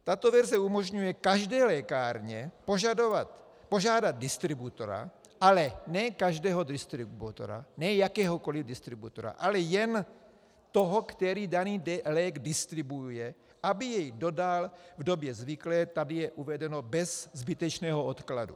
Tato verze umožňuje každé lékárně požádat distributora, ale ne každého distributora, ne jakéhokoli distributora, ale jen toho, který daný lék distribuuje, aby jej dodal v době zvyklé, tady je uvedeno bez zbytečného odkladu.